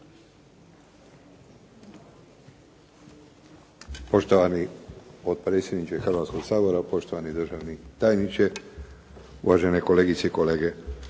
Poštovani potpredsjedniče Hrvatskog sabora, poštovani državni tajniče, uvažene kolegice i kolege.